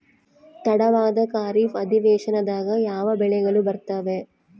ತಡವಾದ ಖಾರೇಫ್ ಅಧಿವೇಶನದಾಗ ಯಾವ ಬೆಳೆಗಳು ಬರ್ತಾವೆ?